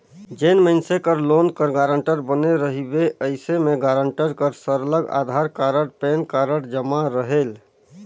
जेन मइनसे कर लोन कर गारंटर बने रहिबे अइसे में गारंटर कर सरलग अधार कारड, पेन कारड जमा रहेल